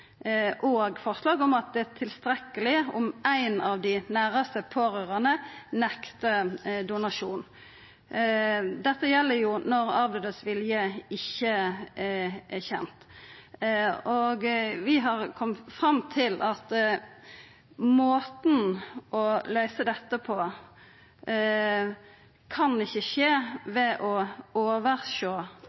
om at det er tilstrekkeleg om ein av dei næraste pårørande nektar donasjon. Dette gjeld når avdødes vilje ikkje er kjend. Vi har kome fram til at måten å løysa dette på, ikkje er å oversjå